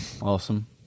awesome